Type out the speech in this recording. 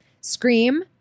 Scream